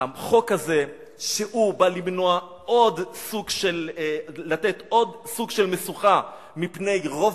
החוק הזה בא לתת עוד סוג של משוכה מפני רוב